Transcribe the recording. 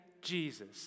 Jesus